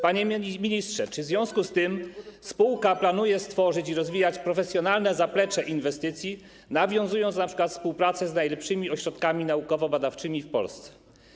Panie ministrze, czy w związku z tym spółka planuje stworzyć i rozwijać profesjonalne zaplecze inwestycji, np. nawiązując współpracę z najlepszymi ośrodkami naukowo-badawczymi w Polsce?